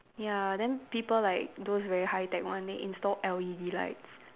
ya then people like those very high tech one they install L_E_D lights